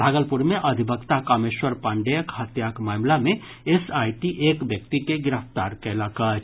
भागलपुर मे अधिवक्ता कामेश्वर पाण्डेयक हत्याक मामिला मे एसआईटी एक व्यक्ति के गिरफ्तार कयलक अछि